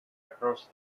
across